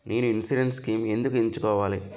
నేను insurance schemes ఎందుకు ఎంచుకోవాలి?